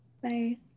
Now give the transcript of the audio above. Bye